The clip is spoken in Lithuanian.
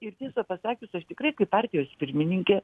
ir tiesą pasakius aš tikrai kaip partijos pirmininkė